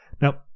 Now